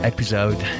episode